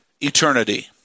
eternity